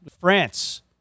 France